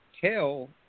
tell